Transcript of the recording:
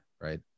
right